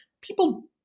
people